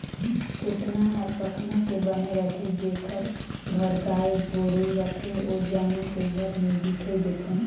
कोटना हर पखना के बने रथे, जेखर घर गाय गोरु रथे ओ जम्मो के घर में दिखइ देथे